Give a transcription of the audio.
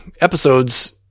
episodes